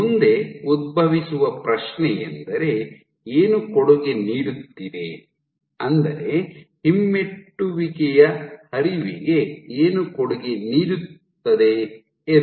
ಮುಂದೆ ಉದ್ಭವಿಸುವ ಪ್ರಶ್ನೆಯೆಂದರೆ ಏನು ಕೊಡುಗೆ ನೀಡುತ್ತಿದೆ ಅಂದರೆ ಹಿಮ್ಮೆಟ್ಟುವಿಕೆಯ ಹರಿವಿಗೆ ಏನು ಕೊಡುಗೆ ನೀಡುತ್ತದೆ ಎಂದು